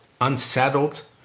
unsettled